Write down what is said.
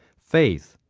faith,